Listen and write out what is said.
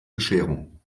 bescherung